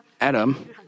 Adam